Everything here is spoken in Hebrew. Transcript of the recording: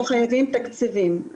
אנחנו חייבים תקציבים.